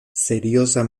serioza